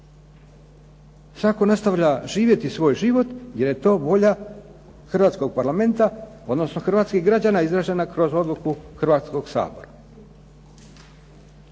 Zakon nastavlja živjeti svoj život, jer je to volja hrvatskog Parlamenta, odnosno hrvatskih građana izražena kroz odluku Hrvatskog sabora.